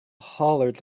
hollered